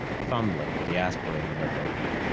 fumbling with the aspirator lip opening.